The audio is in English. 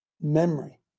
memory